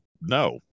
no